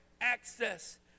access